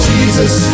Jesus